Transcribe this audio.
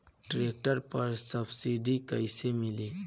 Tractor पर subsidy कैसे मिली?